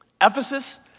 Ephesus